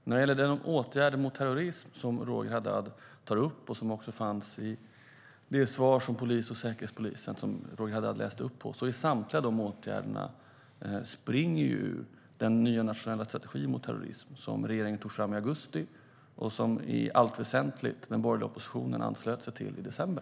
När det gäller de åtgärder mot terrorism som Roger Haddad tar upp och som också fanns i det svar om polisen och säkerhetspolisen som Roger Haddad läste upp springer ju samtliga dessa åtgärder ur den nya nationella strategin mot terrorism som regeringen tog fram i augusti och som i allt väsentligt den borgerliga oppositionen anslöt sig till i december.